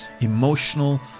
emotional